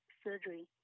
surgery